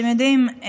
אתם יודעים,